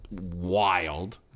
wild